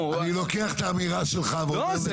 אני לוקח את האמירה שלך ואומר לכולם --- לא,